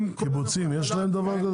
קיבוצים יש להם דבר כזה?